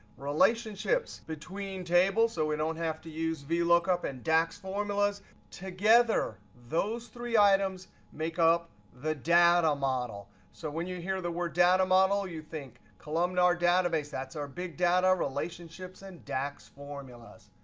relationships between tables, so we don't have to use vlookup and dax formulas together those three items make up the data model. so when you hear the word data model, you think columnar database. that's our big data relationships and dax formulas.